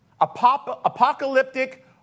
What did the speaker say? Apocalyptic